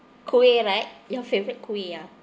kuih right your favourite kuih ah